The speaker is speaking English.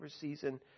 season